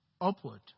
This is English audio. upward